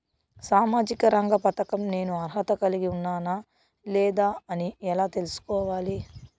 సామాజిక రంగ పథకం నేను అర్హత కలిగి ఉన్నానా లేదా అని ఎలా తెల్సుకోవాలి?